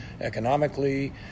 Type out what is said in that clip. economically